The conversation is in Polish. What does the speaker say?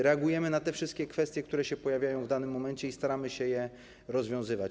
Reagujemy na te wszystkie kwestie, które się pojawiają w danym momencie, i staramy się je rozwiązywać.